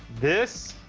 this,